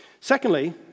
Secondly